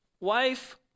Wife